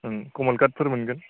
ओं कमल कातफोर मोनगोन